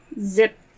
Zip